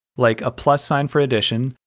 like a plus sign for addition,